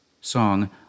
song